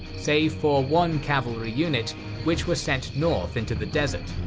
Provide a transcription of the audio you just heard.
save for one cavalry unit which was sent north into the desert.